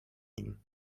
nim